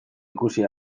ikusi